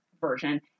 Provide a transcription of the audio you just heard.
version